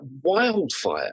wildfire